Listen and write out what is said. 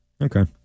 Okay